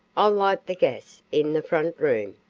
i'll light the gas in the front room.